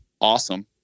awesome